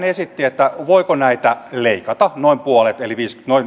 esitti voiko näistä leikata noin puolet eli